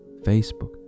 Facebook